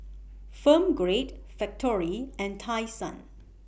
Firm Grade Factorie and Tai Sun